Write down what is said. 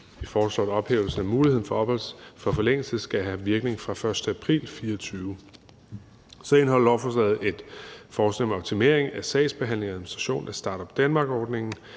Vi foreslår, at ophævelsen af muligheden for forlængelse skal have virkning fra den 1. april 2024. Så indeholder lovforslaget et forslag om en optimering af sagsbehandling og administration af Start-up Denmark-ordningen,